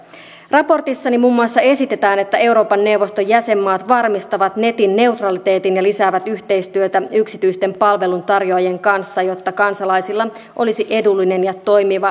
raportissani muun muassa esitetään että euroopan neuvoston jäsenmaat varmistavat netin neutraliteetin ja lisäävät yhteistyötä yksityisten palveluntarjoajien kanssa jotta kansalaisilla olisi edullinen ja toimiva pääsy nettiin